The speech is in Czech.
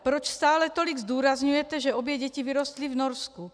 Proč stále tolik zdůrazňujete, že obě děti vyrostly v Norsku?